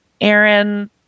Aaron